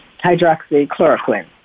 hydroxychloroquine